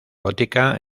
gótica